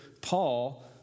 Paul